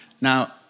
Now